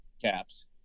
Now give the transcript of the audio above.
Caps